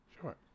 Sure